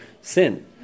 sin